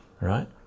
right